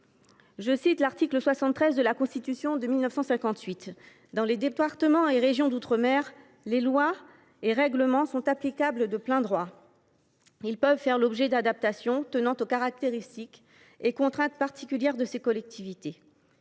de citer l’article 73 de la Constitution de 1958 :« Dans les départements et les régions d’outre mer, les lois et règlements sont applicables de plein droit. Ils peuvent faire l’objet d’adaptations tenant aux caractéristiques et contraintes particulières de ces collectivités.